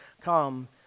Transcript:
come